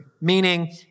meaning